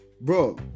bro